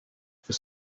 for